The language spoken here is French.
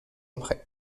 après